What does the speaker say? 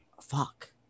fuck